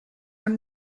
are